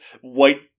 white